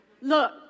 Look